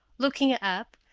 looking up,